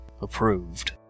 approved